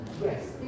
Yes